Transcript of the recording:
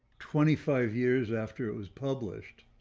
twenty five years after it was published.